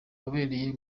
wabereye